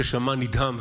ששמע ונדהם,